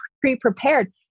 pre-prepared